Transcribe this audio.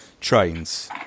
trains